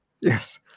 Yes